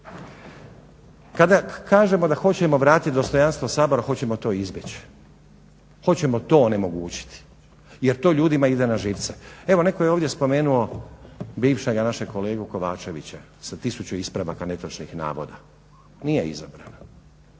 Kada kažemo da hoćemo vratiti dostojanstvo Sabora hoćemo to izbjeći. Hoćemo to onemogućiti jer to ljudima ide na živce. Evo netko je ovdje spomenuo bivšega našeg kolegu Kovačevića sa tisuću ispravaka netočnih navoda. Nije …